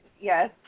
yes